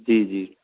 जी जी